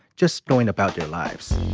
just going about their lives